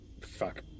fuck